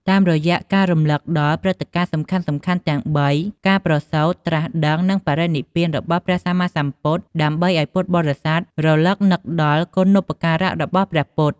តាមរយៈការរំលឹកដល់ព្រឹត្តិការណ៍សំខាន់ៗទាំងបី ការប្រសូត ត្រាស់ដឹង និង បរិនិព្វាន របស់ព្រះសម្មាសម្ពុទ្ធ ដើម្បីអោយពុទ្ធបរិស័ទរឭកនឹកដល់គុណូបការៈរបស់ព្រះពុទ្ធ។